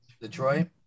Detroit